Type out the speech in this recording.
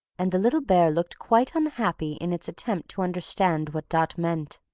and the little bear looked quite unhappy in its attempt to understand what dot meant.